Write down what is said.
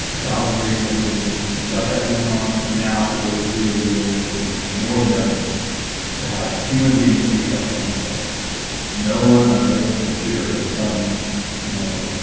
thousand reasons why people move if you got that going on now is a really really important time more than ever to have human beings that you trust on your side no one on the other end of the computer and some you know